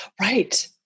Right